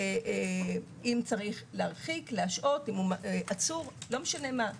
אם צריך להרחיק, להשעות, אם עצור - לא משנה מה.